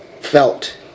Felt